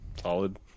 solid